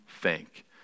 thank